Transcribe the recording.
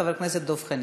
חבר הכנסת דב חנין.